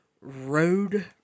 Road